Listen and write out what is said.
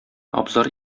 абзар